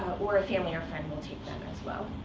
or a family or friend will take them, as well.